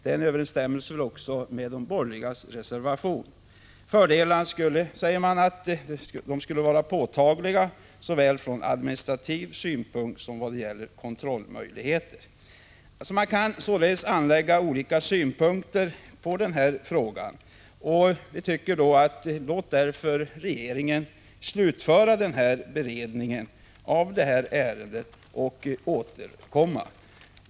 Detta överensstämmer med förslagen i de borgerligas reservation. Fördelarna skulle, säger man, vara påtagliga såväl från administrativ synpunkt som vad gäller kontrollmöjligheterna. Man kan således anlägga olika synpunkter på denna fråga. Vi tycker då att vi skall låta regeringen slutföra beredningen av ärendet och återkomma.